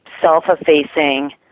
self-effacing